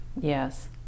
Yes